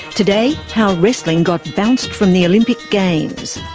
today, how wrestling got bounced from the olympic games.